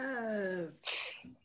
Yes